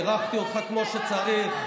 אירחתי אותך כמו שצריך,